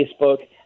Facebook